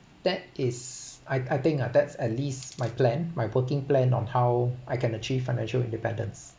that is I I think ah that's at least my plan my working plan on how I can achieve financial independence